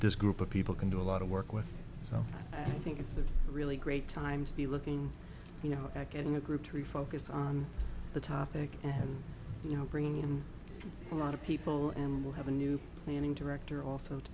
this group of people can do a lot of work with so i think it's a really great time to be looking you know getting a group to refocus on the topic and you know bringing in a lot of people and we'll have a new meaning to rector also to